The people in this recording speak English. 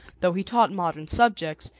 though he taught modern subjects,